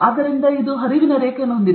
ಆದ್ದರಿಂದ ಇದು ಹರಿವಿನ ರೇಖೆಯನ್ನು ಹೊಂದಿದೆ